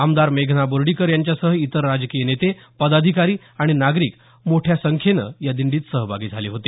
आमदार मेघना बोर्डीकर यांच्यासह इतर राजकीय नेते पदाधिकारी आणि नागरिक मोठ्या संख्येनं या दिंडीत सहभागी झाले होते